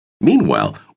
Meanwhile